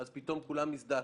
פתאום כולם מזדעקים.